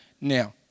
now